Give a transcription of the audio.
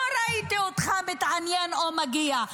לא ראיתי אותך מתעניין או מגיע.